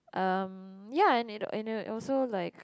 um ya and it also like